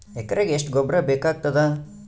ಎಕರೆಗ ಎಷ್ಟು ಗೊಬ್ಬರ ಬೇಕಾಗತಾದ?